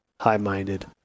high-minded